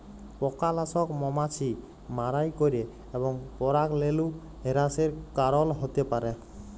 পকালাসক মমাছি মারাই ক্যরে এবং পরাগরেলু হেরাসের কারল হ্যতে পারে